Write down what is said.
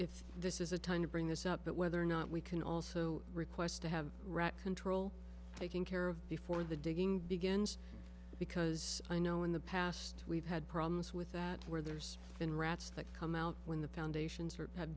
if this is a time to bring this up but whether or not we can also request to have rat control taking care of before the digging begins because i know in the past we've had problems with that where there's been rats that come out when the foundations were had